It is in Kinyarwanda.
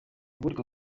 ubundi